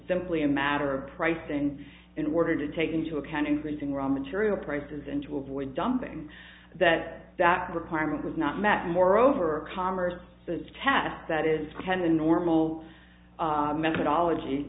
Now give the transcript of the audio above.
simply a matter of price and in order to take into account increasing raw material prices and to avoid dumping that that requirement was not met moreover commers test that is again a normal methodology